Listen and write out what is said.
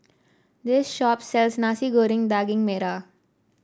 this shop sells Nasi Goreng Daging Merah